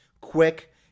quick